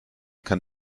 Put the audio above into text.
kann